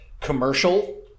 commercial